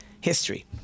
history